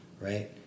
Right